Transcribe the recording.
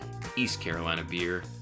EastCarolinaBeer